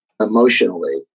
emotionally